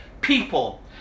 people